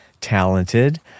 talented